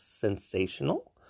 sensational